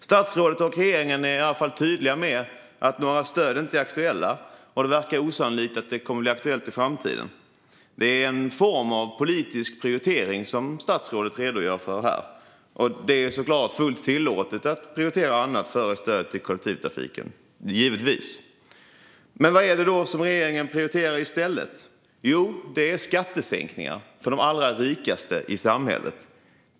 Statsrådet och regeringen är i alla fall tydliga med att det inte är aktuellt med några stöd, och det verkar osannolikt att det kan bli det i framtiden. Det är en form av politisk prioritering som statsrådet redogör för här, och det är givetvis fullt tillåtet att prioritera annat före stöd till kollektivtrafiken. Vad är det då som regeringen prioriterar i stället? Jo, det är skattesänkningar för de allra rikaste i samhället.